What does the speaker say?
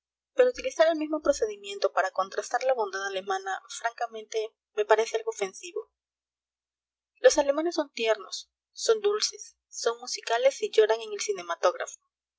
pero utilizar el mismo procedimiento para contrastar la bondad alemana francamente me parece algo ofensivo los alemanes son tiernos son dulces son musicales y lloran en el cinematógrafo